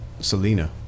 Selena